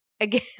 Again